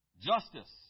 Justice